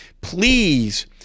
please